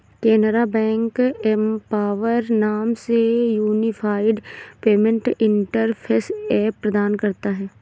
Canara bank empower नाम से unified payment interface app प्रदान करता हैं